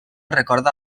recorda